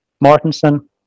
Martinson